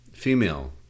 female